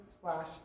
slash